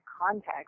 context